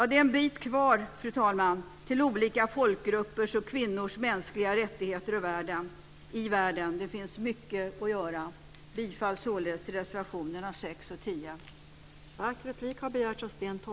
Det är en bit kvar till olika folkgruppers och kvinnors mänskliga rättigheter i världen. Det finns mycket att göra. Jag yrkar bifall till reservationerna 6 och 10.